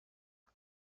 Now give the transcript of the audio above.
qué